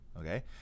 Okay